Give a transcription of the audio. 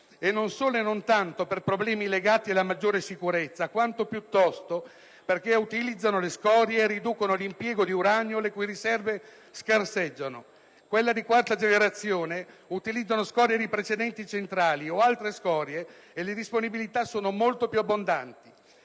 - non solo e non tanto per problemi legati alla maggiore sicurezza, quanto piuttosto perché utilizzano le scorie e riducono l'impiego di uranio, le cui riserve scarseggiano. Quelle di quarta generazione utilizzano scorie di precedenti centrali o altre scorie, e le disponibilità sono molto più abbondanti.